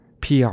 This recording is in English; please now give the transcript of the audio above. PR